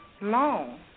long